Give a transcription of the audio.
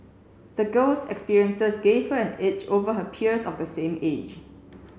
the girl's experiences gave her an edge over her peers of the same age